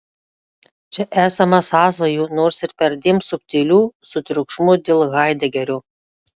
čia esama sąsajų nors ir perdėm subtilių su triukšmu dėl haidegerio